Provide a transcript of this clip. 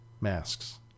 masks